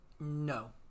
No